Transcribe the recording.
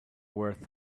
worth